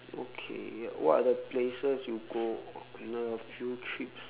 okay what are the places you go on the few trips